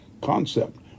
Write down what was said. Concept